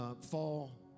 fall